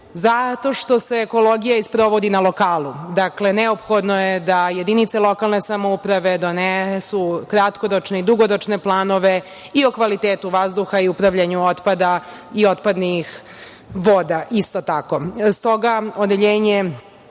zato što se ekologija i sprovodi na lokalu. Dakle, neophodno je da jedinice lokalne samouprave donesu kratkoročne i dugoročne planove i o kvalitetu vazduha i upravljanju otpada i otpadnih voda isto